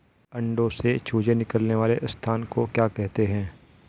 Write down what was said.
अंडों से चूजे निकलने वाले स्थान को क्या कहते हैं?